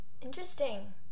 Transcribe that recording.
Interesting